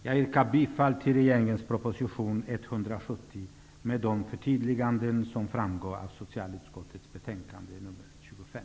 Jag yrkar bifall till regeringens proposition 170 med de förtydliganden som framgår av socialutskottets betänkande nr 25.